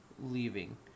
leaving